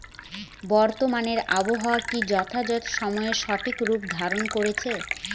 বর্তমানে আবহাওয়া কি যথাযথ সময়ে সঠিক রূপ ধারণ করছে?